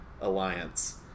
alliance